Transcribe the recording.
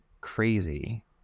crazy